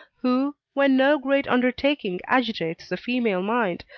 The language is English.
who, when no great undertaking agitates the female mind,